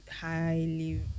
highly